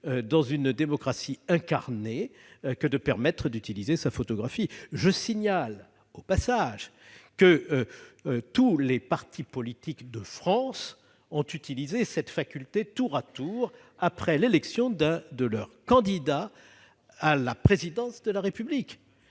dans une démocratie incarnée, que de permettre d'utiliser sa photographie ? Je signale que tous les partis politiques de France ont, tour à tour, utilisé cette faculté après l'élection de leur candidat à la présidence de la République.